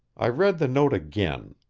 i read the note again.